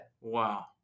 Wow